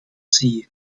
sie